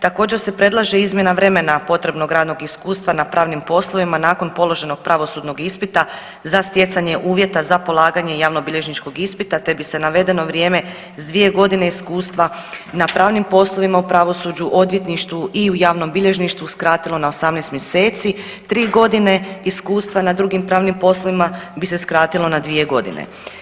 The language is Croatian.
Također se predlaže izmjena vremena potrebnog radnog iskustva na pravnim poslovima nakon položenog pravosudnog ispita za stjecanje uvjeta za polaganje javnobilježničkog ispita te bi se navedeno vrijeme s dvije godine iskustva na pravnim poslovima u pravosuđu, odvjetništvu i u javnom bilježništvu skratilo na 18 mjeseci, tri godine iskustva na drugim pravnim poslovima bi se skratilo na dvije godine.